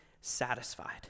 satisfied